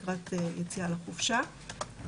לקראת יציאה לחופשה.